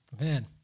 Man